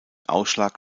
ausschlag